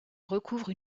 recouvre